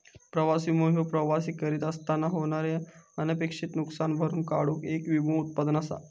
प्रवास विमो ह्यो प्रवास करीत असताना होणारे अनपेक्षित नुसकान भरून काढूक येक विमो उत्पादन असा